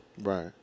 Right